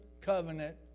covenant